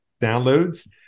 downloads